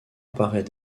apparaît